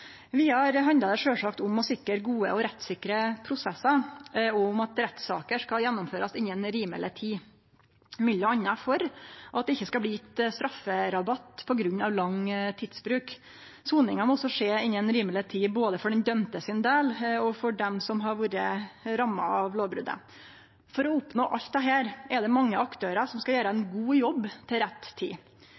Vidare handlar det sjølvsagt om å sikre gode og rettsikre prosessar og om at rettssaker skal gjennomførast innan rimeleg tid, m.a. for at det ikkje skal bli gjeve strafferabatt på grunn av lang tidsbruk. Soninga må også skje innan rimeleg tid både for den dømte sin del og for dei som har vore ramma av lovbrotet. For å oppnå alt dette er det mange aktørar som skal gjera ein god jobb til rett tid.